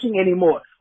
anymore